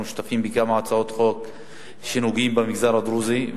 אנחנו שותפים בכמה הצעות חוק שנוגעות למגזר הדרוזי,